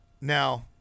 now